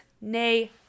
nay